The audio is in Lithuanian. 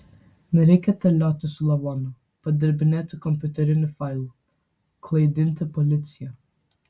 nereikia terliotis su lavonu padirbinėti kompiuterinių failų klaidinti policiją